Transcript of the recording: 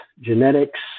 genetics